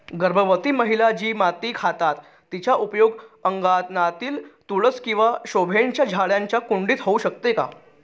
गर्भवती महिला जी माती खातात तिचा उपयोग अंगणातील तुळस किंवा शोभेच्या झाडांच्या कुंडीत होऊ शकतो का?